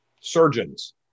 Surgeons